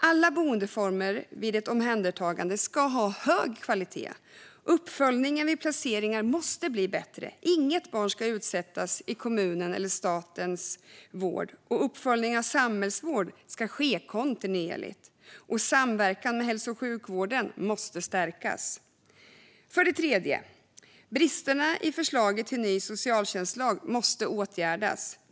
Alla boendeformer vid ett omhändertagande ska ha hög kvalitet. Uppföljningen vid placeringar måste bli bättre. Inget barn ska bli utsatt i kommunens eller statens vård. Uppföljning av samhällsvård ska ske kontinuerligt, och samverkan med hälso och sjukvården måste stärkas. För det tredje: Bristerna i förslaget till ny socialtjänstlag måste åtgärdas.